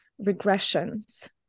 regressions